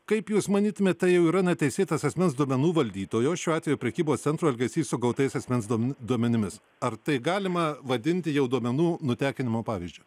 kaip jūs manytumėt tai jau yra neteisėtas asmens duomenų valdytojo šiuo atveju prekybos centro elgesys su gautais asmens duomenų duomenimis ar tai galima vadinti jau duomenų nutekinimo pavyzdžiu